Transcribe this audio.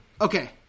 okay